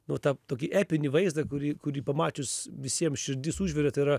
nu tą tokį epinį vaizdą kurį kurį pamačius visiems širdis užvirė tai yra